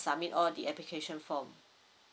submit all the application form